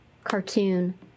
Cartoon